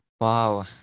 Wow